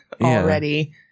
already